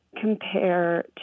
compare